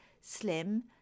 Slim